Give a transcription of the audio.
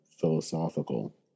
philosophical